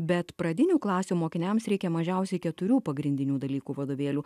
bet pradinių klasių mokiniams reikia mažiausiai keturių pagrindinių dalykų vadovėlių